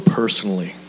personally